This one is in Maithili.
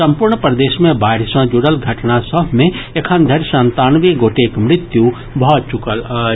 संपूर्ण प्रदेश मे बाढ़ि सॅ जुड़ल घटना सभ मे एखनधरि संतानवे गोटेक मृत्यु भऽ चुकल अछि